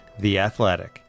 theathletic